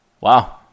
Wow